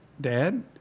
Dad